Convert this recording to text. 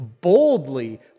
boldly